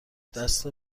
دست